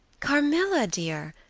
carmilla, dear,